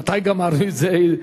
מתי גמרנו עם זה?